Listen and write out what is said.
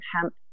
hemp